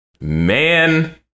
man